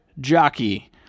Jockey